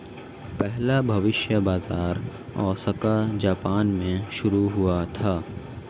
पहला भविष्य बाज़ार ओसाका जापान में शुरू हुआ था